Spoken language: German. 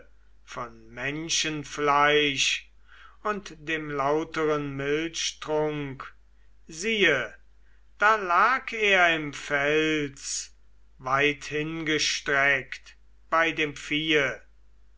von menschenfleisch und dem lauteren milchtrunk siehe da lag er im fels weithingestreckt bei dem viehe